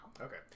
Okay